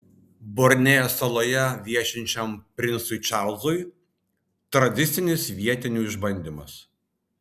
borneo saloje viešinčiam princui čarlzui tradicinis vietinių išbandymas